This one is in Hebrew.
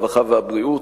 הרווחה והבריאות,